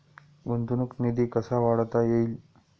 गुंतवणूक निधी कसा वाढवता येईल?